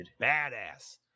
badass